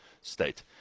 state